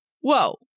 Whoa